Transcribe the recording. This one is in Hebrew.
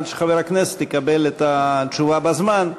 על מנת שחבר הכנסת יקבל את התשובה בזמן.